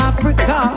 Africa